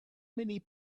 many